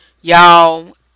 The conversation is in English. y'all